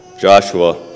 Joshua